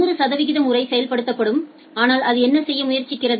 100 சதவிகித முறை செயல்படுத்தப்படும் ஆனால் அது என்ன செய்ய முயற்சிக்கிறது